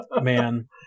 man